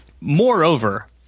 Moreover